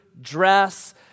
dress